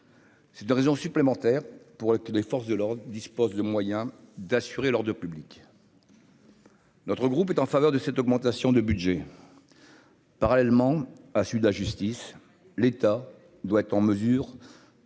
C'est 2 raisons supplémentaires pour que les forces de l'ordre disposent de moyens d'assurer lors de public. Notre groupe est en faveur de cette augmentation de budget. Parallèlement à celui de la justice, l'État doit être en mesure